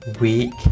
week